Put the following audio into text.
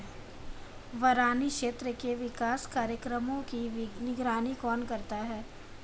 बरानी क्षेत्र के विकास कार्यक्रमों की निगरानी कौन करता है?